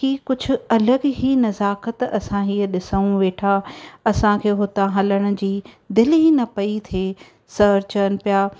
की कुझु अलॻि ई नज़ाकत असां हीअं ॾिसूं वेठा असांखे हुतां हलण जी दिलि ई न पई थे सर चवनि पिया